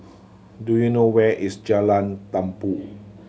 do you know where is Jalan Tambur